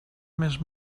més